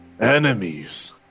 enemies